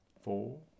Four